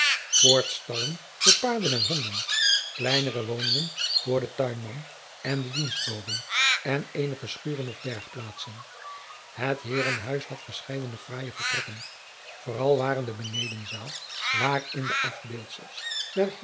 voorts stallen voor paarden en honden kleinere woningen voor den tuinman en de dienstboden en eenige schuren of bergplaatsen het heerenhuis had verscheidene fraaie vertrekken vooral waren de benedenzaal waarin de afbeeldsels